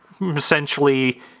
essentially